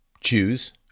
choose